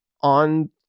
on